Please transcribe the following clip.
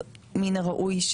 מן הראוי,